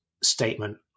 statement